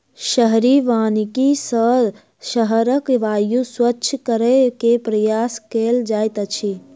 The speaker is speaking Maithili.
शहरी वानिकी सॅ शहरक वायु स्वच्छ करै के प्रयास कएल जाइत अछि